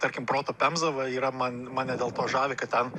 tarkim proto pemza va yra man mane dėlto žavi kad ten